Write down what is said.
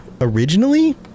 originally